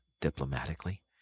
diplomatically